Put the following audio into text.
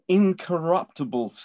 incorruptible